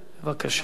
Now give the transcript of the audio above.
בבקשה.